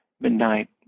midnight